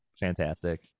fantastic